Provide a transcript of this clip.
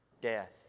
Death